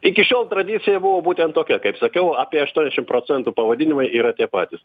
iki šiol tradicija buvo būtent tokia kaip sakiau apie aštuoniasdešimt procentų pavadinimai yra tie patys